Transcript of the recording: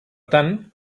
tant